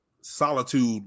solitude